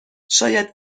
شاید